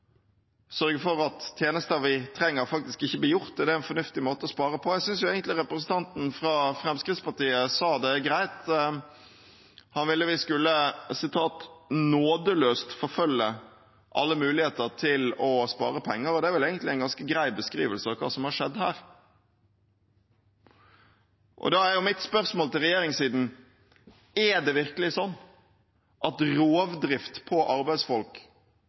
ikke blir gjort? Er det en fornuftig måte å spare på? Jeg syns egentlig representanten fra Fremskrittspartiet sa det greit. Han ville vi skulle «nådeløst forfølge» alle muligheter til å spare penger, og det er vel egentlig en ganske grei beskrivelse av hva som har skjedd her. Da er mitt spørsmål til regjeringssiden: Er det virkelig sånn at rovdrift på arbeidsfolk